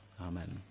Amen